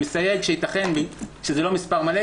אני מסייג שייתכן שזה לא מספר מלא,